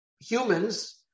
humans